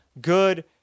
good